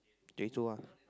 okay true ah